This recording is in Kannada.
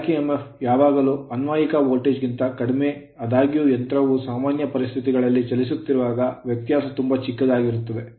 Back EMF ಬ್ಯಾಕ್ ಇಎಂಎಫ್ ಯಾವಾಗಲೂ ಅನ್ವಯಿಕ ವೋಲ್ಟೇಜ್ ಗಿಂತ ಕಡಿಮೆ ಆದಾಗ್ಯೂ ಯಂತ್ರವು ಸಾಮಾನ್ಯ ಪರಿಸ್ಥಿತಿಗಳಲ್ಲಿ ಚಲಿಸುತ್ತಿರುವಾಗ ವ್ಯತ್ಯಾಸವು ತುಂಬಾ ಚಿಕ್ಕದಾಗಿದೆ